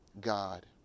God